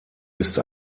ist